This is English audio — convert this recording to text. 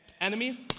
Enemy